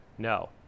No